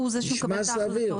שהוא זה שיקבל את ההחלטות.